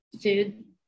food